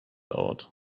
out